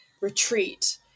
retreat